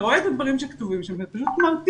רואה את הדברים שכתובים שם וזה פשוט מרתיח.